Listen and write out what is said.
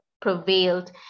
prevailed